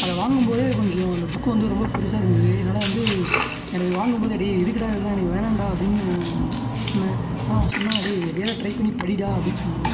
அதை வாங்கும் போதே கொஞ்சம் அந்த புக்கு வந்து ரொம்ப பெருசாக இருந்தது என்னால் வந்து எனக்கு இது வாங்கும்போதே டேய் எதுக்குடா இதுலாம் எனக்கு வேணாம்டா அப்படின்னு நான் சொன்னேன் ஆனால் அவன் சொன்னான் டேய் எப்படியாவது ட்ரை பண்ணி படிடா அப்படின்னு சொன்னான்